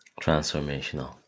Transformational